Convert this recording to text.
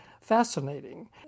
fascinating